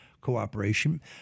cooperation